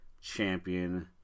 champion